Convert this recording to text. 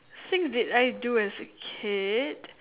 thing did I do as a kid